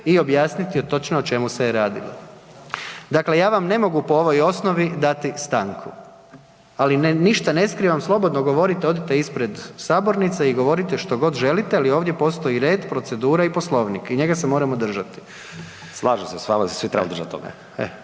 i objasniti o točno o čemu se je radilo. Dakle, ja vam ne mogu po ovoj osnovi dati stanku, ali ne ništa ne skrivam, slobodno govorite, odite ispred sabornice i govorite što god želite, ali ovdje postoji red, procedura i Poslovnik i njega se moramo držati. **Pavliček, Marijan (HKS)** Slažem